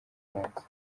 rubanza